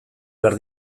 behar